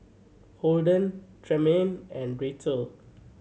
Holden Tremayne and Racquel